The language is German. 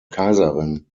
kaiserin